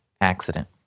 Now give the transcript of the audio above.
accident